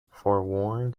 forewarned